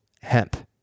Hemp